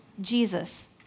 Jesus